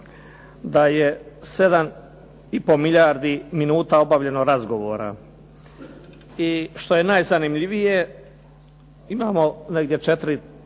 da je 7,5 milijardi minuta obavljeno razgovora. I što je najzanimljivije, imamo negdje 4